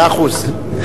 מאה אחוז.